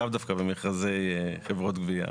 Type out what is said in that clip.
ולאו דווקא במכרזי חברות גבייה.